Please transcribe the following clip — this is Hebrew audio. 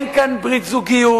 אין כאן ברית הזוגיות.